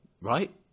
right